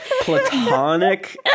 platonic